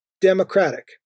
Democratic